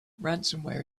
ransomware